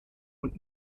und